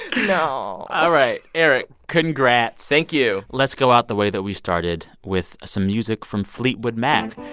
no all right. erich, congrats thank you let's go out the way that we started, with some music from fleetwood mac,